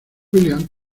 william